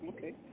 Okay